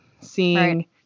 Seeing